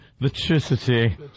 Electricity